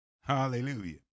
Hallelujah